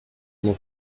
mot